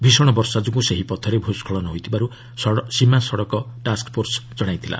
ଭୀଷଣ ବର୍ଷା ଯୋଗୁଁ ସେହି ପଥରେ ଭୂସ୍କଳନ ହୋଇଥିବାର ସୀମା ସଡ଼କ ଟାସ୍କ ଫୋର୍ସ ଜଣାଇଥିଲା